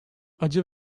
acı